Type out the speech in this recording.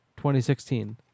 2016